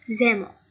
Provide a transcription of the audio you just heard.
Zemo